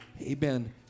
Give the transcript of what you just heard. Amen